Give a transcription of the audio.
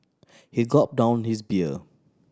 he gulp down his beer